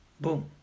Boom